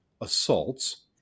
assaults